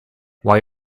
why